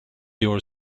your